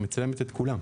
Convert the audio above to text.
היא מצלמת את כולם.